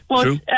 true